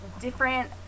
different